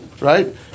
right